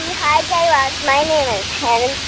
hi, guy raz. my name is hanan.